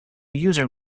user